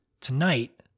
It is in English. Tonight